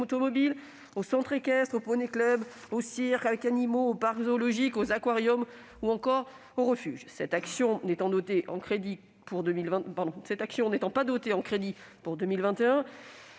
automobile, aux centres équestres, aux poneys clubs, aux cirques avec animaux, aux parcs zoologiques, aux aquariums ou encore aux refuges. Cette action n'étant pas dotée de crédits pour 2021,